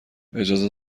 اجازه